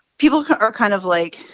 people are kind of like,